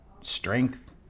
strength